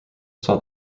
saw